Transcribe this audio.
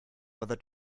whether